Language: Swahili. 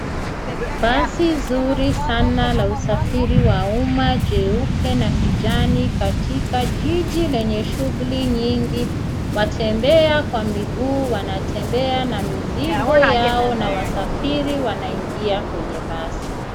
Bazi nzuri sana la usafiri wa umma jeupe na kijani katika jiji lenye shughuli nyingi, watembea kwa miguu wanatembea na mizigo yao na wasafiri wanaingia kwenye basi.